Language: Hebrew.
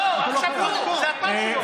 לא, עכשיו הוא, זה התור שלו.